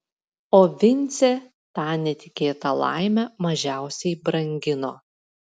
o vincė tą netikėtą laimę mažiausiai brangino